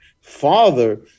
father